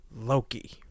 Loki